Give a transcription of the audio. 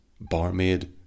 barmaid